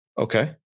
Okay